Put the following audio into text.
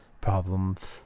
problems